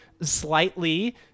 slightly